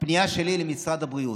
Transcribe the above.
הפנייה שלי היא למשרד הבריאות: